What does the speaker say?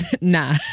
Nah